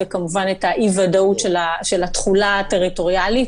וכמובן את האי-ודאות של התחולה הטריטוריאלית,